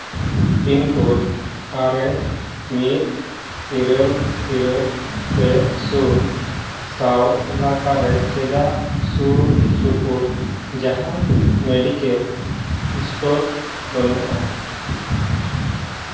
pin code ᱟᱨᱮ ᱢᱤᱫ ᱤᱨᱟᱹᱞ ᱤᱨᱟᱹᱞ ᱯᱮ ᱥᱩᱱ ᱥᱟᱶ ᱮᱞᱟᱠᱟ ᱨᱮ ᱪᱮᱫᱟᱜ ᱥᱳᱨ ᱥᱩᱯᱩᱨ ᱡᱟᱦᱟᱱ ᱢᱮᱰᱤᱠᱮᱞ ᱥᱴᱳᱨ ᱵᱟᱹᱱᱩᱜᱼᱟ